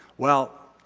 well,